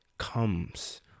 comes